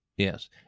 Yes